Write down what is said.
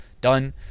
done